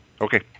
Okay